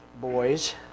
boys